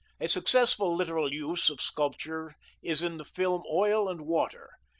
a successful literal use of sculpture is in the film oil and water.